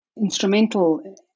instrumental